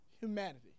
humanity